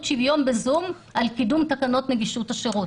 שוויון בזום על קידום תקנות נגישות השירות.